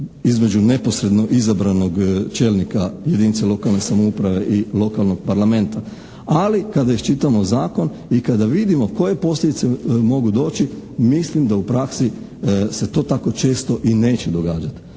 između neposredno izabranog čelnika jedinice lokalne samouprave i lokalnog parlamenta. Ali kada iščitamo Zakon i kada vidimo koje posljedice mogu doći mislim da u praksi se to tako često i neće događati.